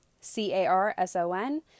C-A-R-S-O-N